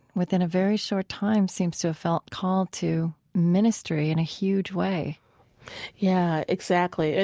within a very short time, seems to have felt called to ministry in a huge way yeah. exactly. ah